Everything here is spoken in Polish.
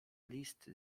list